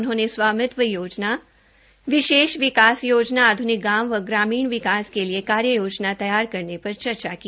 उन्होंने स्वामित्व योजना विषेष विकास योजना आधुनिक गांव व ग्रामीण विकास के लिए कार्य योजना तैयार करने पर चर्चा की